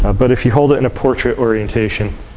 ah but if you hold it in a portrait orientation,